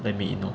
let me in lor